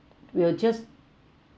we'll just